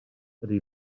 ydy